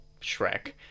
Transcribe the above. Shrek